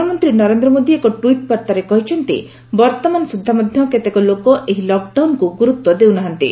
ପ୍ରଧାନମନ୍ତ୍ରୀ ନରେନ୍ଦ୍ର ମୋଦି ଏକ ଟ୍ପିଟ୍ ବାର୍ତ୍ତାରେ କହିଛନ୍ତି ବର୍ତ୍ତମାନ ସୁଦ୍ଧା ମଧ୍ୟ କେତେକ ଲୋକ ଏହି ଲକ୍ଡାଉନ୍କୁ ଗୁରୁତ୍ୱ ଦେଉନାହାନ୍ତି